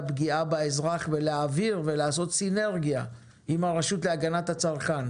פגיעה באזרח ולהעביר מידע ולעשות סינרגיה עם הרשות להגנת הצרכן,